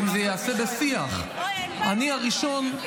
אם זה ייעשה בשיח, אני הראשון.